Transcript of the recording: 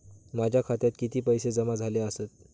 माझ्या खात्यात किती पैसे जमा झाले आसत?